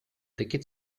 ticket